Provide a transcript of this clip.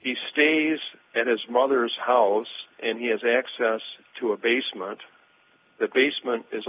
he stays at his mother's house and he has access to a basement the basement is